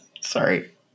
Sorry